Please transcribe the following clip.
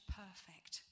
perfect